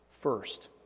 first